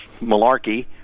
malarkey